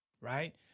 Right